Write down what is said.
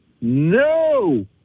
No